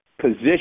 position